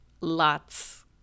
lots